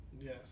Yes